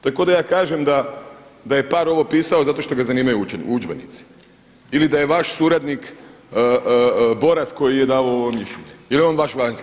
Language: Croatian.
To je kao da ja kažem da je par ovo pisao zato što ga zanimaju udžbenici ili da je vaš suradnik borac koji je davao ovo mišljenje jer je on vaš vanjski.